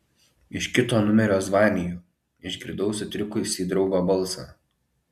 iš kito numerio zvaniju išgirdau sutrikusį draugo balsą